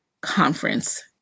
conference